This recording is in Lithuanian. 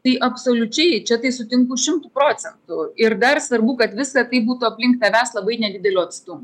tai absoliučiai čia tai sutinku šimtu procentų ir dar svarbu kad visa tai būtų aplink tavęs labai nedideliu atstumu